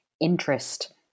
interest